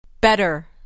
Better